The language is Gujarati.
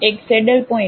એક સેડલપોઇન્ટ